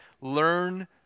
Learn